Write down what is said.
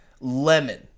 Lemon